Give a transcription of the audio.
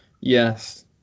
Yes